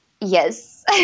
Yes